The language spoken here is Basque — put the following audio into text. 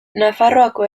nafarroako